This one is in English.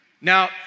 Now